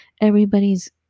everybody's